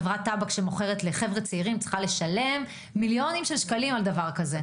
חברת טבק שמוכרת לחבר'ה צעירים צריכה לשלם מיליוני שקלים על דבר כזה.